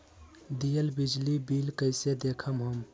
दियल बिजली बिल कइसे देखम हम?